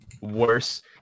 worse